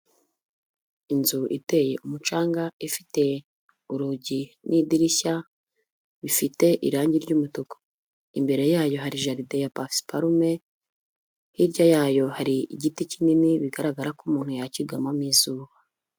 Inzu iteye umucanga ifite urugi n'idirishya, bifite irangi ry'umutuku imbere, yayo hari jaride ya pasiparume, hirya yayo hari igiti kinini bigaragara ko umuntu yacyugamomo izuba.